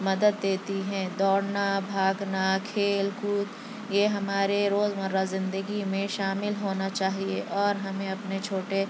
مدد دیتی ہیں دوڑنا بھاگنا کھیل کود یہ ہمارے روز مرہ زندگی میں شامل ہونا چاہیے اور ہمیں اپنے چھوٹے